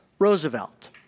Roosevelt